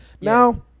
Now